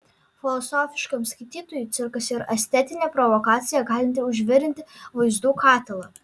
filosofiškam skaitytojui cirkas yra estetinė provokacija galinti užvirinti vaizdų katilą